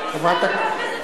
בזבזנית.